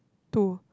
two